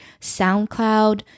SoundCloud